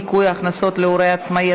ניכוי הכנסות להורה עצמאי),